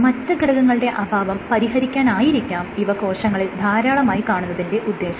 മറ്റ് ഘടകങ്ങളുടെ അഭാവം പരിഹരിക്കാനായിരിക്കാം ഇവ കോശങ്ങളിൽ ധാരാളമായി കാണുന്നതിന്റെ ഉദ്ദേശം